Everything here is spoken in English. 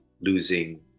losing